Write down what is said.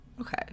okay